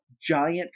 giant